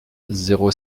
zéro